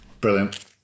brilliant